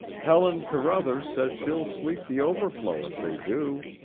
helen carruthers said she'll sleep the overflow if they do,